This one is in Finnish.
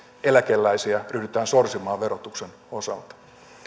eläkeläisiä ryhdytään sorsimaan verotuksen osalta